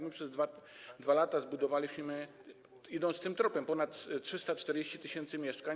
My przez 2 lata zbudowaliśmy - idąc tym tropem - ponad 340 tys. mieszkań.